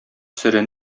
сере